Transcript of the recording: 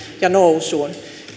ja nousuun